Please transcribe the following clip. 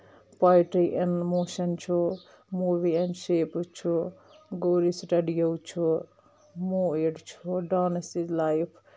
poetry and motion چھُ movie and shapes چھُ گورِ سٔٹَڈیو چھُ مویٹ چھُ ڈانس اِز لایف